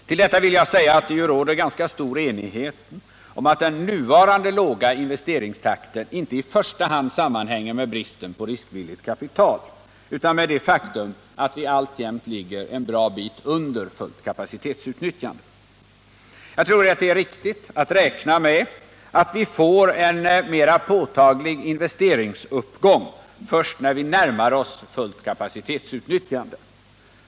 Till detta vill jag säga att det ju råder ganska stor enighet om att den nuvarande låga investeringstakten inte i första hand sammanhänger med bristen på riskvilligt kapital utan med det faktum att vi alltjämt ligger en bra bit under fullt kapacitetsutnyttjande. Jag tror att det är riktigt att räkna med att vi får en mer påtaglig investeringsuppgång först när vi närmar oss ett fullt kapacitetsutnyttjande.